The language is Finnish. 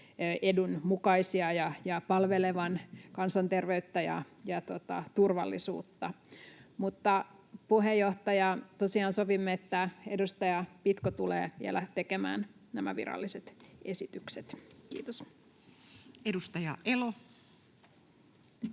edun mukaisia ja palvelevan kansanterveyttä ja turvallisuutta. Mutta, puheenjohtaja, tosiaan sovimme, että edustaja Pitko tulee vielä tekemään nämä viralliset esitykset. — Kiitos. Edustaja Elo.